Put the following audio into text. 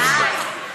אנא ממך.